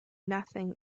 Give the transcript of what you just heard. nothing